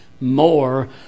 more